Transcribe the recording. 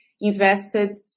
invested